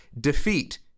defeat